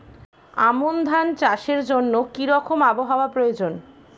আমন ধান চাষের জন্য কি রকম আবহাওয়া প্রয়োজন?